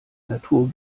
natur